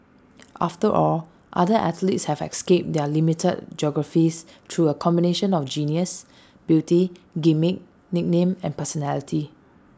after all other athletes have escaped their limited geographies through A combination of genius beauty gimmick nickname and personality